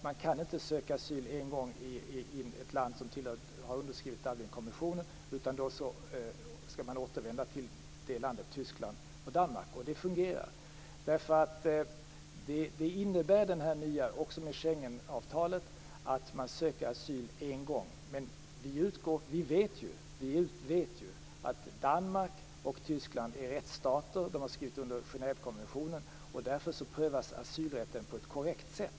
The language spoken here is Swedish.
Man kan inte söka asyl igen i ett land som har skrivit under Dublinkonventionen, utan då får man återvända - i det här fallet - till Tyskland eller Danmark. Detta fungerar. Det här nya och även Schengenavtalet innebär att man söker asyl en gång. Men vi vet att Danmark och Tyskland är rättsstater, som har skrivit under Genèvekonventionen och därför prövas asylrätten på ett korrekt sätt.